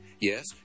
Yes